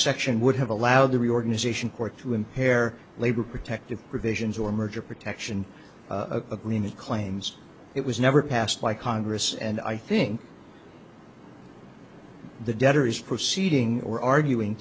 section would have allowed the reorganization court to impair labor protective provisions or merger protection a clean it claims it was never passed by congress and i think the debtor is proceeding or arguing